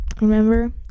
Remember